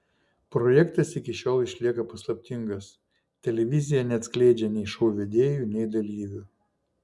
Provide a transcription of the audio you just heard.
projektas iki šiol išlieka paslaptingas televizija neatskleidžia nei šou vedėjų nei dalyvių